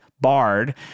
Bard